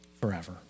forever